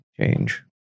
change